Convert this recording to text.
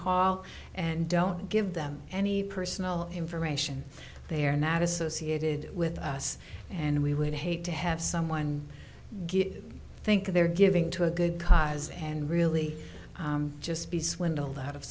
hall and don't give them any personal information they are not associated with us and we would hate to have someone good think they're giving to a good cause and really just be swindled out of